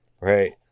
Right